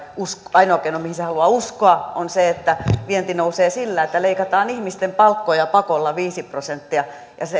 ainoa keino mihin se haluaa uskoa on se että vienti nousee sillä että leikataan ihmisten palkkoja pakolla viisi prosenttia